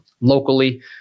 Locally